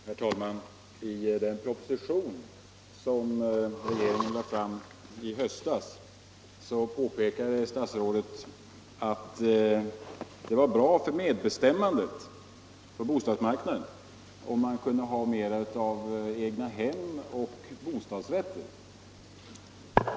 Herr talman! I den proposition som regeringen lade fram i höstas påpekade statsrådet att det var bra för bostadsmarknaden om man kunde ha mer av egnahem och bostadsrätter.